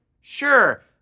Sure